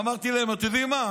אמרתי להם: אתם יודעים מה?